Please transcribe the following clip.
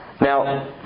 Now